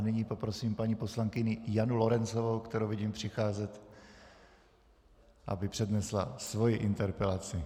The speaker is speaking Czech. Nyní poprosím paní poslankyni Janu Lorencovou, kterou vidím přicházet, aby přednesla svoji interpelaci.